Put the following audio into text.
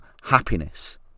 happiness